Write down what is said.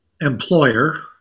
employer